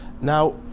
Now